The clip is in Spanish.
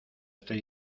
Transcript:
estoy